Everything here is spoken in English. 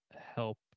help